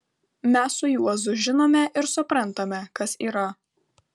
mes su juozu žinome ir suprantame kas yra